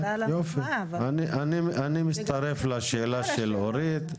תודה על המחמאה אבל אני מצטרף לשאלה של אורית,